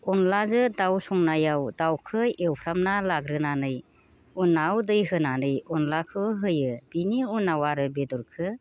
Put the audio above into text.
अनलाजोंं दाउ संनायाव दावखौ एवफ्रामना लाग्रोनानै उनाव दै होनानै अनलाखौ होयो बेनि उनाव आरो बेदरखौ